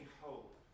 hope